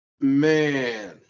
man